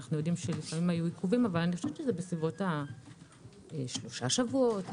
אני חושבת שזה בסביבות 3 שבועות.